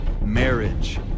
Marriage